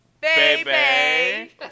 Baby